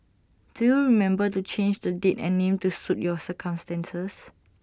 do remember to change the date and name to suit your circumstances